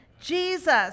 Jesus